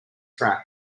track